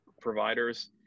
providers